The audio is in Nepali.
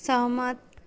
सहमत